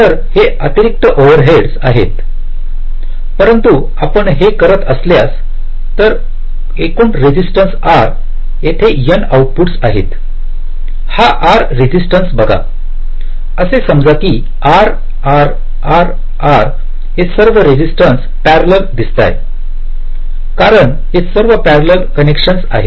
तर हे अतिरिक्त ओव्हरहेड आहेतपरंतु आपण हे करत असल्यासतर एकूण रेजिस्टन्स R येथे N आउटपुटस आहेत हा R रेजिस्टन्स बघाअसं समजा की RRRR हे सर्व रेजिस्टन्स पॅरलल दिसतय कारण हे सर्व पॅरलल कंनेक्शन्स आहेत